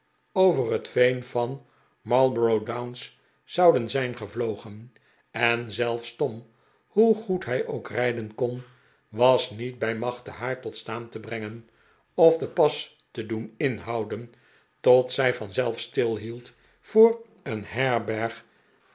over het veen van marlborough downs zouden zijn gevlogen en zelfs tom hoe goed hij ook rijden kon was niet bij machte haar tot staan te brengen of den pas te doen inhouden tot zij vanzelf stilhield voor een herberg